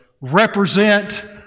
represent